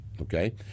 Okay